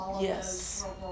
yes